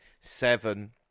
Seven